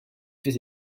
fait